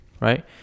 right